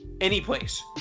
anyplace